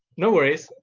no worries.